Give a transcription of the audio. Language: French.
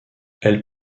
elle